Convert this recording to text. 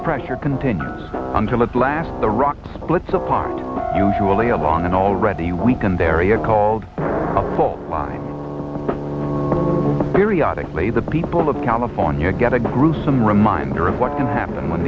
pressure continues until at last the rock splits apart usually along an already weakened area called the fault line one periodic lay the people of california get a gruesome reminder of what can happen when